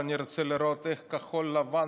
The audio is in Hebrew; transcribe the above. ואני רוצה לראות איך כחול לבן,